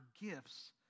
gifts